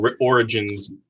origins